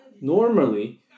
normally